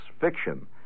fiction